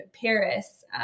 Paris